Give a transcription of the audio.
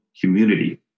community